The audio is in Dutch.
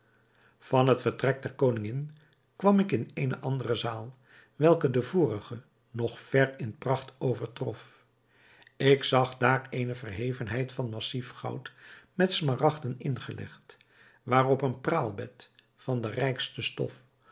van het vertrek der koningin kwam ik in eene andere zaal welke de vorige nog ver in pracht overtrof ik zag daar eene verhevenheid van massief goud met smaragden ingelegd waarop een praalbed van de rijkste stof